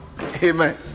Amen